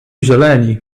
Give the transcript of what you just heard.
zieleni